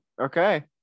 Okay